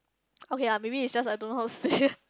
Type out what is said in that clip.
okay ah maybe is just I don't know how to say